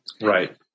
Right